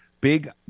big